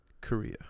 Korea